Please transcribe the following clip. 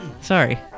sorry